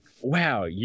Wow